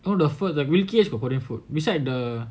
oh the fur the wilkie is for korean food beside the